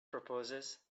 proposes